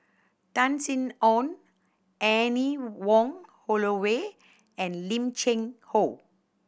Tan Sin Aun Anne Wong Holloway and Lim Cheng Hoe